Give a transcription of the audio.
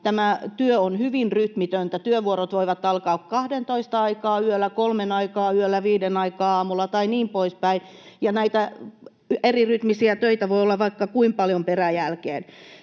tämä työ on hyvin rytmitöntä. Työvuorot voivat alkaa kahdentoista aikaan yöllä, kolmen aikaan yöllä, viiden aikaan aamulla tai niin poispäin, ja näitä erirytmisiä töitä voi olla vaikka kuinka paljon peräjälkeen.